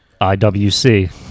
iwc